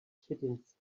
kittens